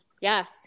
Yes